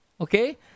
Okay